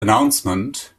announcement